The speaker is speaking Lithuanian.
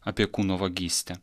apie kūno vagystę